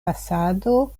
fasado